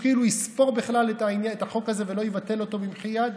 שהוא כאילו יספור בכלל את החוק הזה ולא יבטל אותו במחי יד?